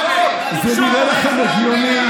תגידו לי, זה חוק פרסונלי,